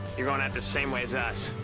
you're going out the same way as us.